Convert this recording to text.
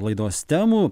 laidos temų